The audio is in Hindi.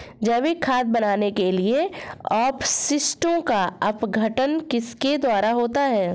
जैविक खाद बनाने के लिए अपशिष्टों का अपघटन किसके द्वारा होता है?